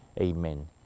Amen